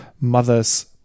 mother's